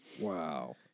wow